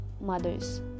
mothers